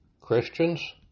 Christians